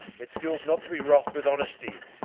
it skills not to be wroth with honesty.